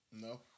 No